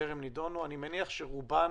אני מניח שרובן